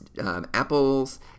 Apples